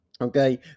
Okay